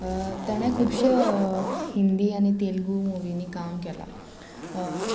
ताणें खुबशे हिंदी आनी तेलुगू मुवींनी काम केलां